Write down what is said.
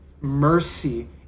Mercy